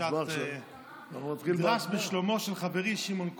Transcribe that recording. בדרישת שלומו של חברי שמעון כהן,